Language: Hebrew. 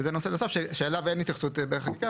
וזה נושא נוסף שאליו אין התייחסות בחקיקה,